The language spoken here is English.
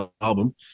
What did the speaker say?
album